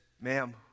Ma'am